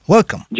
Welcome